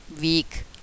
weak